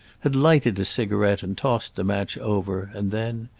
had lighted a cigarette and tossed the match over, and then,